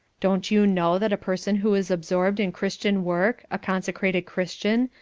don't you know that a person who is absorbed in christian work, a consecrated christian,